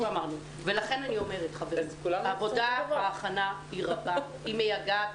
לכן עבודת ההכנה היא רבה ומייגעת.